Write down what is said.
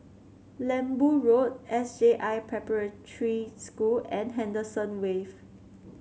Lembu Road S J I Preparatory School and Henderson Wave